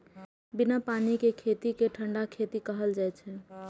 बिना पानि के खेती कें ठंढा खेती कहल जाइ छै